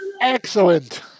Excellent